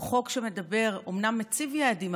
הוא חוק שאומנם מציב יעדים,